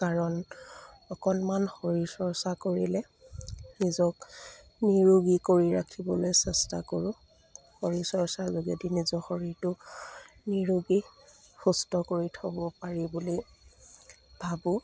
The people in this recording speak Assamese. কাৰণ অকণমান শৰীৰ চৰ্চা কৰিলে নিজক নিৰোগী কৰি ৰাখিবলৈ চেষ্টা কৰো শৰীৰ চৰ্চাৰ যোগেদি নিজৰ শৰীৰটো নিৰোগী সুস্থ কৰি থ'ব পাৰি বুলি ভাবোঁ